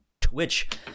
twitch